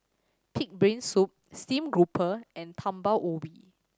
Pig's Brain Soup steamed grouper and Talam Ubi